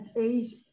age